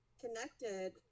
connected